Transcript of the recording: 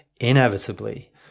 inevitably